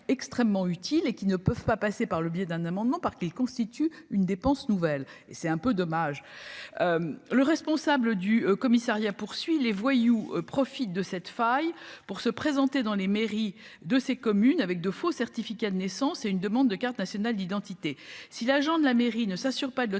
extrêmement utile et qui ne peuvent pas passer par le biais d'un amendement par qu'il constitue une dépense nouvelle et c'est un peu dommage, le responsable du commissariat poursuit les voyous profitent de cette faille pour se présenter dans les mairies de ces communes avec de faux certificats de naissance et une demande de carte nationale d'identité si l'agent de la mairie ne s'assure pas de